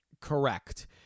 correct